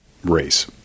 Race